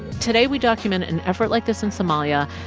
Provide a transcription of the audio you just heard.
today we document an effort like this in somalia.